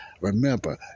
Remember